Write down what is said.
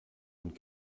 und